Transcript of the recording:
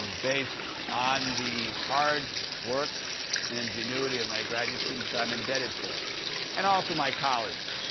um based on the hard work and ingenuity of my graduate students, which i'm indebted for and also my colleagues.